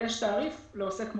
ויש תעריף לעוסק מורשה,